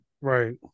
right